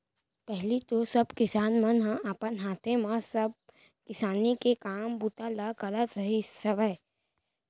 पहिली तो सब किसान मन ह अपन हाथे म सब किसानी के काम बूता ल करत रिहिस हवय